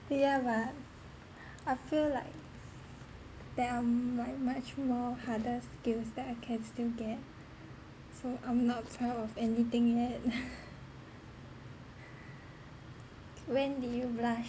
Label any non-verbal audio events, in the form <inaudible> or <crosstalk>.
yeah but I feel like there are like much more harder skills that I can still get so I'm not proud of anything yet <laughs> when did you blush